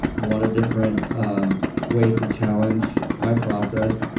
a lot of different um ways to challenge my process,